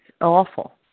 awful